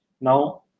Now